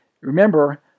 Remember